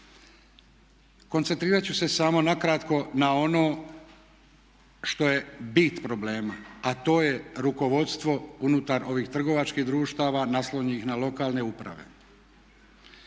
koncentrirati ću se samo nakratko na ono što je bit problema, a to je rukovodstvo unutar ovih trgovačkih društava naslonjenih na lokalne uprave.